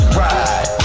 ride